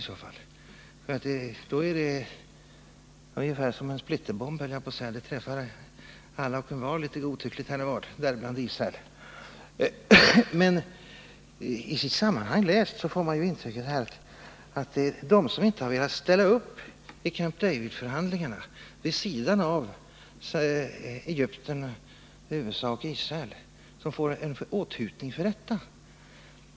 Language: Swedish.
Då är förebråelsen som en splitterbomb — den träffar godtyckligt alla och envar, däribland Israel. När man läser meningen i sitt sammanhang får man intrycket att det är de som vid sidan av Egypten, Israel och USA inte har velat ställa upp i Camp David-förhandlingarna som får sig en åthutning för detta.